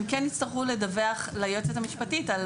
הם כן יצטרכו לדווח ליועצת המשפטית לממשלה